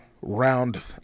round